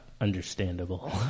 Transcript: understandable